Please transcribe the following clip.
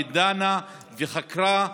דנה וחקרה,